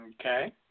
Okay